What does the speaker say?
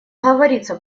говорится